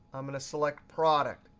i'm going to select product.